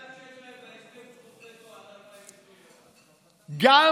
אתה יודע שיש להם בהסכם זכות וטו עד 2021. גם